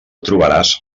trobaràs